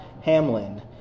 Hamlin